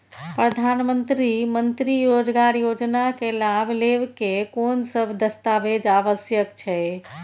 प्रधानमंत्री मंत्री रोजगार योजना के लाभ लेव के कोन सब दस्तावेज आवश्यक छै?